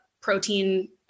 protein